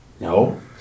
No